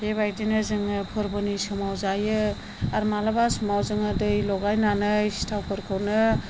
बेबायदिनो जोङो फोरबोनि समाव जायो आरो माब्लाबा समाव जोङो दै लगायनानै सिथावफोरखौनो